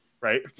right